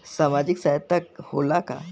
सामाजिक सहायता होला का?